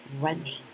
running